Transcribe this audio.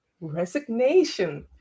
resignation